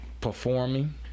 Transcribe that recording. performing